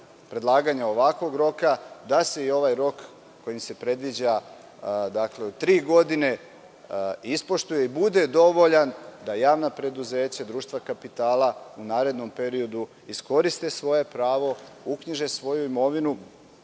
predlaganja ovakvog roka, da se i ovaj rok koji se predviđa od tri godine ispoštuje i bude dovoljan da javna preduzeća, društva kapitala u narednom periodu iskoriste svoje pravo, uknjiže svoju imovinu